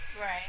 Right